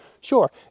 sure